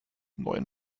neuen